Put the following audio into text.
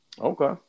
okay